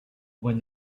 were